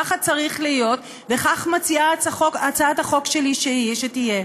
ככה צריך להיות, וכך מוצע בהצעת החוק שלי, שתהיה.